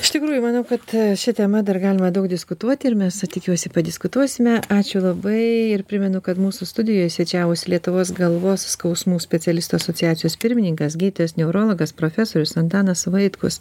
iš tikrųjų manau kad šia tema dar galima daug diskutuoti ir mes tikiuosi padiskutuosime ačiū labai ir primenu kad mūsų studijoje svečiavosi lietuvos galvos skausmų specialistų asociacijos pirmininkas gydytojas neurologas profesorius antanas vaitkus